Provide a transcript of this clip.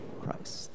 Christ